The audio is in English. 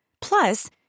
Plus